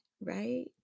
right